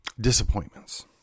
disappointments